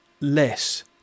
less